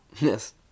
Yes